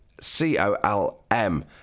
C-O-L-M